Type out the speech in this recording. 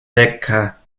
lecker